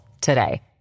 today